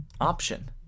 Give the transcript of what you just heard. option